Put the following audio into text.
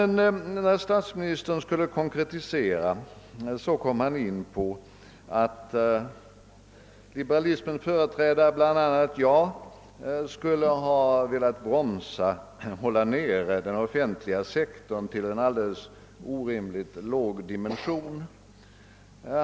När statsministern skulle ge konkreta exempel kom han in på att liberalismens företrädare, bl.a. jag, skulle ha velat hålla nere den offentliga sektorn vid en alldeles orimligt låg nivå.